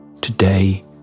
Today